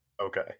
okay